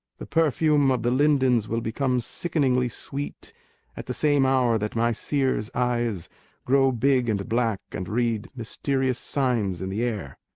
the perfume of the lindens will become sickeningly sweet at the same hour that my seer's eyes grow big and black and read mysterious signs in the air.